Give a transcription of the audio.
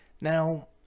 Now